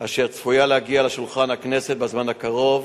אשר צפויה להגיע לשולחן הכנסת בזמן הקרוב,